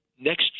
next